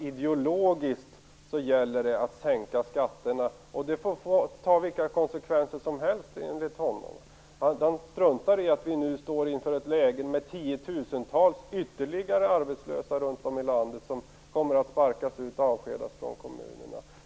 Ideologiskt gäller det att sänka skatterna, och det får medföra vilka konsekvenser som helst enligt honom. Han struntar i att vi nu står inför ett läge med ytterligare tiotusentals arbetslösa runt om i landet som kommer att sparkas ut och avskedas från kommunerna.